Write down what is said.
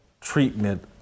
treatment